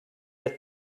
the